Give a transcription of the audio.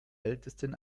ältesten